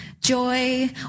joy